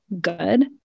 good